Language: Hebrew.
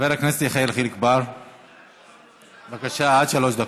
חבר הכנסת יחיאל חיליק בר, בבקשה, עד שלוש דקות.